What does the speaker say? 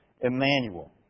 Emmanuel